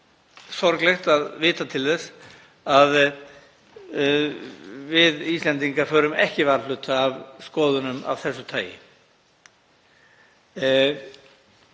sorglegt að vita til þess að við Íslendingar förum ekki varhluta af skoðunum af þessu tagi.